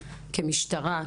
כמשטרה,